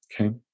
Okay